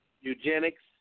Eugenics